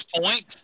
point